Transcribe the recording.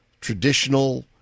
traditional